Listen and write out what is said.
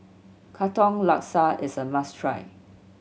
Katong Laksa is a must try